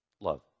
love